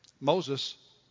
Moses